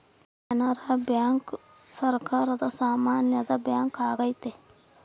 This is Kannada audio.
ಕೆನರಾ ಬ್ಯಾಂಕ್ ಸರಕಾರದ ಸಾಮ್ಯದ ಬ್ಯಾಂಕ್ ಆಗೈತೆ